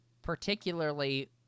particularly